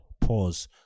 pause